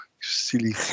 silly